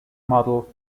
model